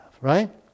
Right